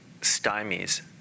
stymies